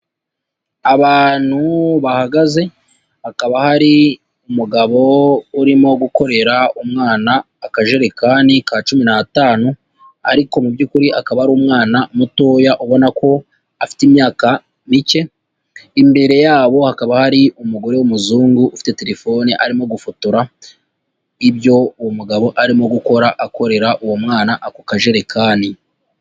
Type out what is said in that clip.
Abantu bahagaze, hakaba hari umugabo urimo gukorera umwana akajerekani ka cumi n'atanu, ariko mu by'ukuri akaba ari umwana mutoya ubona ko afite imyaka mike, imbere yabo hakaba hari umugore w'umuzungu ufite telefone, arimo gufotora ibyo uwo mugabo arimo gukora, akorera uwo mwana ako kajerekani.